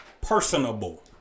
personable